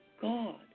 God